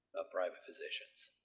of private physicians,